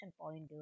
point